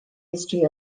history